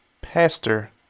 Pastor